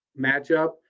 matchup